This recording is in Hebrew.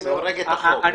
זה הורג את החוק.